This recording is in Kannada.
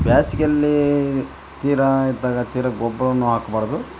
ಬೇಸ್ಗೆಯಲ್ಲಿ ತೀರ ಅಗತ್ಯ ಇದ್ದಾಗ ತೀರ ಗೊಬ್ರವನ್ನು ಹಾಕಬಾರ್ದು